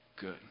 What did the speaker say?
good